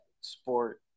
sport